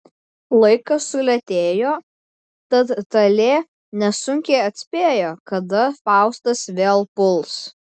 laikas sulėtėjo tad talė nesunkiai atspėjo kada faustas vėl puls